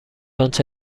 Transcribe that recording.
آنچه